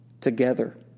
together